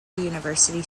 university